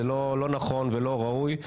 זה לא נכון ולא ראוי,